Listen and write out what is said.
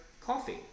coffee